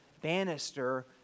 Bannister